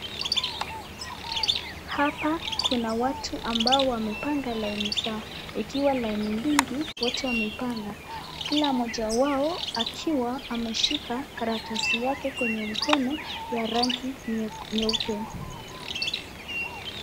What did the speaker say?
Hapa kuna watu ambao wamepanga laini zao, ikiwa laini mingi watu wamepanga. Kila moja wao akiwa ameshika karatasi yake kwenye mkono ya rangi nyeupe.